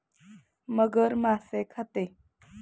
मगर मासे खाते